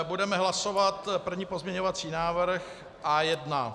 Budeme hlasovat první pozměňovací návrh A1.